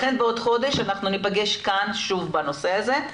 לכן אנחנו ניפגש כאן בעוד חודש שוב לנושא הזה.